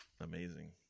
amazing